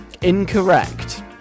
incorrect